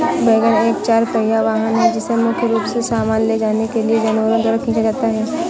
wagon एक चार पहिया वाहन है जिसे मुख्य रूप से सामान ले जाने के लिए जानवरों द्वारा खींचा जाता है